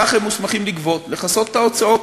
כך הם מוסמכים לגבות, לכסות את ההוצאות.